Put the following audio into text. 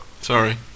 Sorry